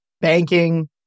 banking